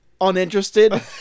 uninterested